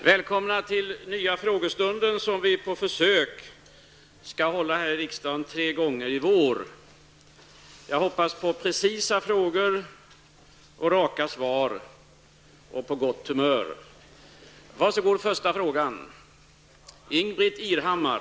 Välkomna till den nya frågestunden, som vi på försök skall hålla här i kammaren tre gånger i vår. Jag hoppas på precisa frågor, raka svar och gott humör.